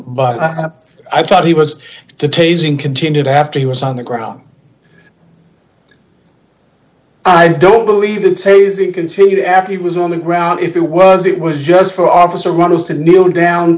but i thought he was the tasing continued after he was on the ground i don't believe the tasing continued after he was on the ground if it was it was just for officer runners to kneel down